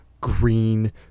green